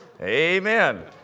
Amen